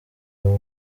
wawe